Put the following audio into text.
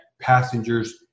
passengers